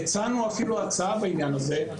הצענו אפילו הצעה בעניין הזה.